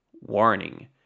Warning